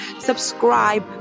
subscribe